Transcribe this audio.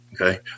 Okay